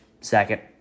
second